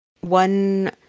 one